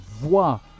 voix